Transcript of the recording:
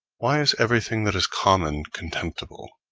why is everything that is common contemptible?